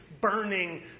burning